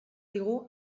digu